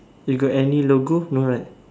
you got any logo no right